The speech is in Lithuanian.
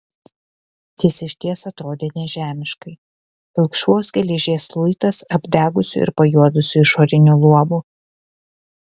jis išties atrodė nežemiškai pilkšvos geležies luitas apdegusiu ir pajuodusiu išoriniu luobu